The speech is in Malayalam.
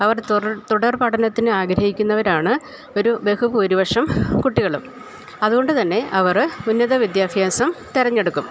അവർടെ തുടർ തുടർ പഠനത്തിനാഗ്രഹിക്കുന്നവരാണ് ഒരു ബഹുഭൂരിപക്ഷം കുട്ടികളും അത്കൊണ്ട്തന്നെ ആവർ ഉന്നത വിദ്യാഭ്യാസം തിരഞ്ഞെടുക്കും